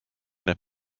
need